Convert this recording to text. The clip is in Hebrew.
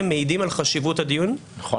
מעידים על חשיבות הדיון ועל חשיבות --- נכון.